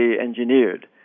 engineered